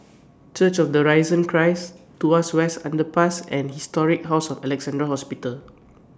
Church of The Risen Christ Tuas West Underpass and Historic House of Alexandra Hospital